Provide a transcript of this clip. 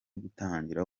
gutangira